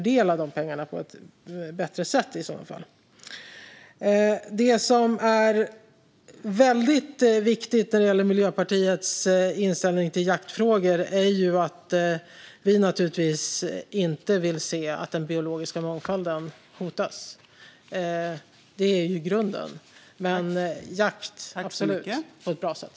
Det som är väldigt viktigt när det gäller Miljöpartiets inställning till jaktfrågor är att vi naturligtvis inte vill se att den biologiska mångfalden hotas. Det är grunden för oss. Men absolut får jakt ske, om den görs på ett bra sätt.